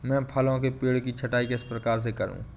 मैं फलों के पेड़ की छटाई किस प्रकार से करूं?